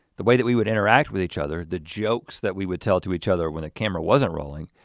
the way that we would interact with each other the jokes that we would tell to each other when the camera wasn't rolling.